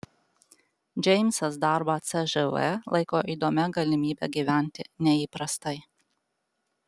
džeimsas darbą cžv laiko įdomia galimybe gyventi neįprastai